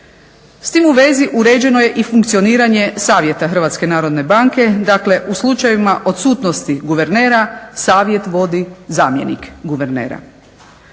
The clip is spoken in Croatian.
S tim u vezi uređeno je i funkcioniranje savjeta Hrvatske narodne banke, dakle u slučajevima odsutnosti guvernera savjet vodi zamjenik guvernera.